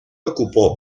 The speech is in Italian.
occupò